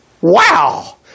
Wow